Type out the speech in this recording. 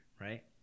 right